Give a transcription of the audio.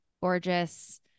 gorgeous